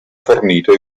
fornito